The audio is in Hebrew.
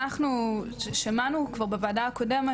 פשוט אנחנו שמענו כבר בוועדה הקודמת